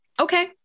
Okay